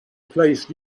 placed